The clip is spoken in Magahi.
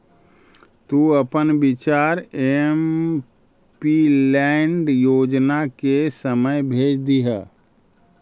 तु अपन विचार एमपीलैड योजना के समय भेज दियह